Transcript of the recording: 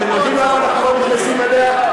אתם יודעים למה אנחנו לא נכנסים אליה?